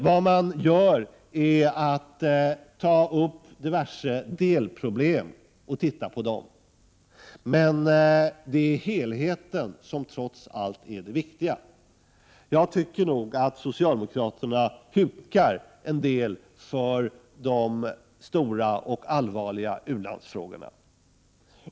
Vad man gör är att ta upp diverse delproblem och se på dem, men det är trots allt helheten som är det viktiga. Jag tycker att socialdemokraterna hukar en del för de stora och allvarliga u-landsfrågorna.